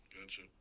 gotcha